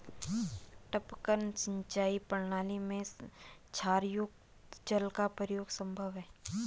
टपकन सिंचाई प्रणाली में क्षारयुक्त जल का प्रयोग संभव है